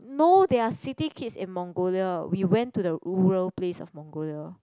no they are city kids in Mongolia we went to the rural place of Mongolia